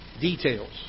Details